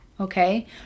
okay